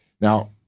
Now